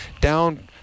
down